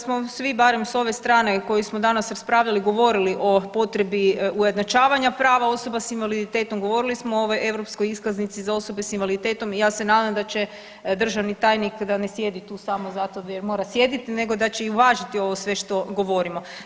Pa mislim da smo svi barem s ove strane koju smo danas raspravljali govorili o potrebi ujednačavanja prava osoba s invaliditetom, govorili smo o ovoj europskoj iskaznici za osobe s invaliditetom i ja se nadam da će državni tajnik da ne sjedi tu samo zato gdje mora sjediti nego da će i uvažiti ovo sve što govorimo.